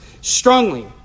strongly